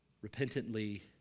repentantly